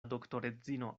doktoredzino